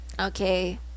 okay